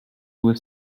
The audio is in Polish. zły